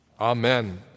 Amen